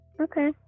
Okay